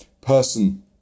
person